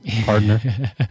partner